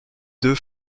deux